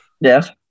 Yes